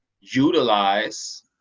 utilize